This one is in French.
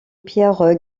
pierre